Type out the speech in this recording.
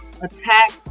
attack